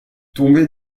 tombé